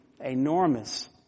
enormous